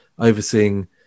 overseeing